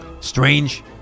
strange